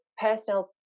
personal